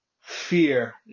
fear